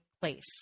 place